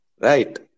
Right